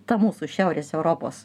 ta mūsų šiaurės europos